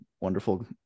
wonderful